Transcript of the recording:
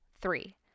Three